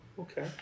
Okay